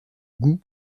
goût